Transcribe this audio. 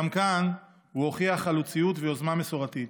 גם כאן הוא הוכיח חלוציות ויוזמה מסורתית.